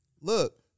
look